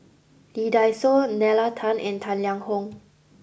Lee Dai Soh Nalla Tan and Tang Liang Hong